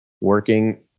working